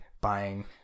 buying